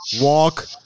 walk